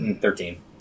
Thirteen